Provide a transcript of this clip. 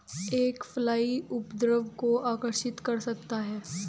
एक फ्लाई उपद्रव को आकर्षित कर सकता है?